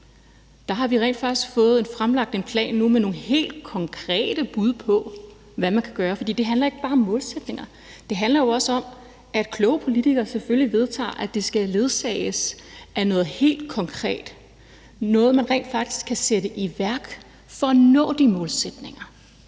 sige, at vi rent faktisk har fået fremlagt en plan nu med nogle helt konkrete bud på, hvad man kan gøre. For det handler ikke bare om målsætninger; det handler jo også om, at kloge politikere selvfølgelig vedtager, at det skal ledsages af noget helt konkret – noget, man rent faktisk kan sætte i værk for at nå de målsætninger.